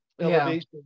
elevation